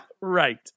Right